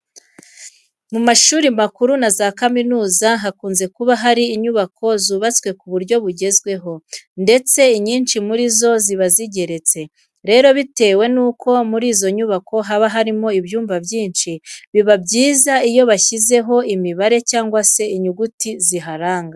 Mu mashuri makuru na za kaminuza hakunze kuba hari inyubako zubatswe ku buryo bugezweho ndetse inyinshi muri zo ziba zigeretse. Rero bitewe nuko muri izo nyubako haba harimo ibyumba byinshi, biba byiza iyo bashyizeho imibare cyangwa se inyuguti ziharanga.